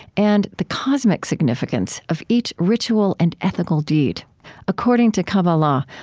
and the cosmic significance of each ritual and ethical deed according to kabbalah,